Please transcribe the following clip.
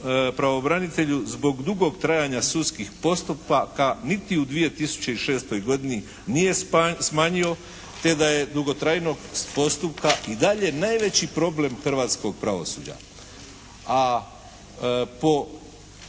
pravobranitelju zbog dugog trajanja sudskih postupaka niti u 2006. godini nije smanjio, te da je dugotrajnost postupka i dalje najveći problem hrvatskog pravosuđa. A po